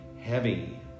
heavy